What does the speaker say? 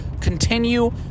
continue